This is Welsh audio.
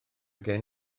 gen